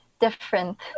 Different